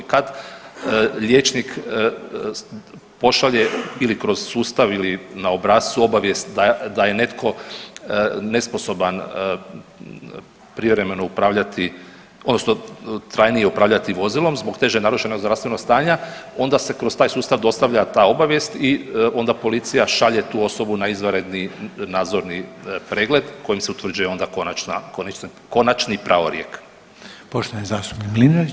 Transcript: Kad liječnik pošalje ili kroz sustav ili na obrascu obavijest da je netko nesposoban privremeno upravljati, odnosno trajnije upravljati vozilom zbog teže narušenog zdravstvenog stanja, onda se kroz taj sustav dostavlja ta obavijest i onda policija šalje tu osobu na izvanredni nadzorni pregled kojim se utvrđuje onda konačni pravorijek.